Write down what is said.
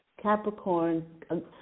Capricorn